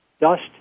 dust